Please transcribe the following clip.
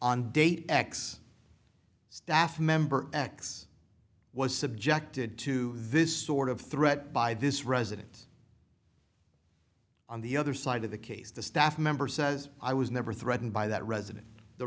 on date x staff member x was subjected to this sort of threat by this resident on the other side of the case the staff member says i was never threatened by that resident the